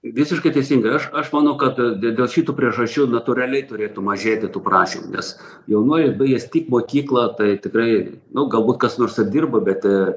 visiškai teisingai aš aš manau kad dėl šitų priežasčių natūraliai turėtų mažėti tų prašymų nes jaunuolis baigęs tik mokyklą tai tikrai nu galbūt kas nors ir dirba bet